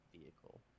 vehicle